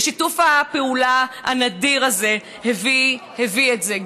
ושיתוף הפעולה הנדיר הזה הביא את זה,